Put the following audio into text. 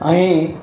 અહીં